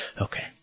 Okay